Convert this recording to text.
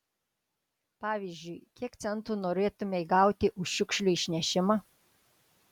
pavyzdžiui kiek centų norėtumei gauti už šiukšlių išnešimą